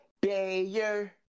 Bayer